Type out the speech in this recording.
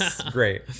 great